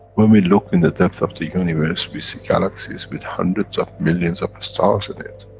when we look in the depth of the universe, we see galaxies with hundreds of millions of stars in it.